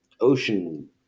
ocean